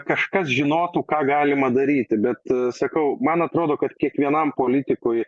kažkas žinotų ką galima daryti bet sakau man atrodo kad kiekvienam politikui